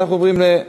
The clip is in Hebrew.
אנחנו עוברים להצבעה.